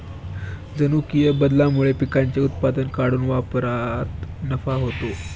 जनुकीय बदलामुळे पिकांचे उत्पादन वाढून व्यापारात नफा होतो